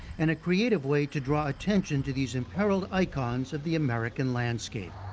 and a creative way to draw attention to these imperiled icons of the american landscape.